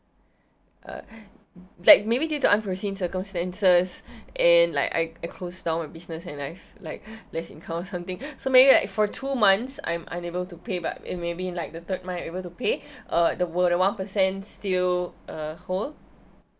uh like maybe due to unforeseen circumstances and like like I close down my business and I've like less income or something so maybe like for two months I'm unable to pay but in maybe like the third month able to pay uh the will the one percent still uh hold